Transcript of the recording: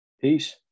Peace